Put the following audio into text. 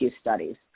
studies